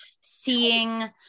seeing